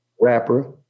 rapper